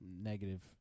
negative